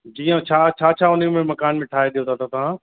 जीअं छा छा छा हुन में मकान में ठाहे ॾियो दादा तव्हां